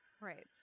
Right